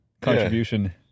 contribution